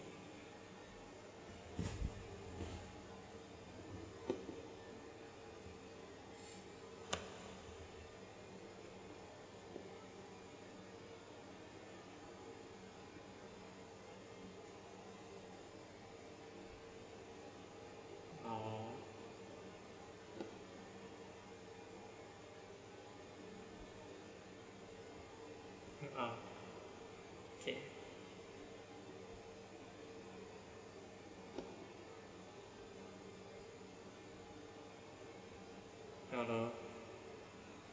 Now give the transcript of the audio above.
okay no no